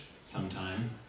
sometime